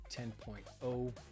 10.0